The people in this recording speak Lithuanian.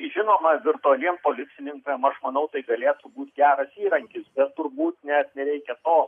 žinoma virtualiem policininkam aš manau tai galėtų būt geras įrankis bet turbūt net nereikia to